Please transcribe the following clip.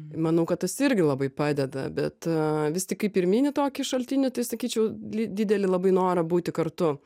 manau kad tas irgi labai padeda bet vis tik kaip ir mini tokį šaltinį tai sakyčiau didelį labai norą būti kartu